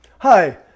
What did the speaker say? Hi